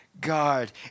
God